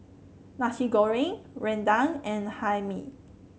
Nasi Goreng rendang and Hae Mee